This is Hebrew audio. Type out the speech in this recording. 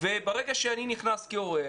וברגע שאני נכנס כהורה,